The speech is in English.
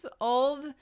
old